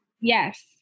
Yes